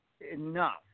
enough